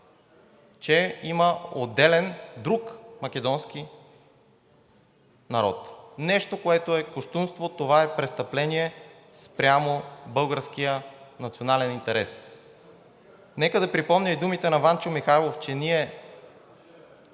че има отделен друг македонски народ – нещо, което е кощунство, това е престъпление спрямо българския национален интерес. Нека да припомня и думите на Ванче Михайлов, че: „Ние